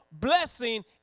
blessing